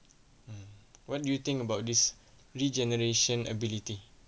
mm what do you think about this regeneration ability